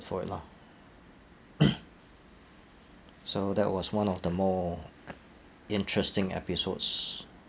for it lah so that was one of the more interesting episodes